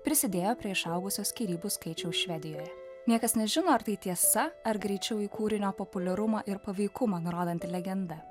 prisidėjo prie išaugusio skyrybų skaičiaus švedijoje niekas nežino ar tai tiesa ar greičiau į kūrinio populiarumą ir paveikumą nurodanti legenda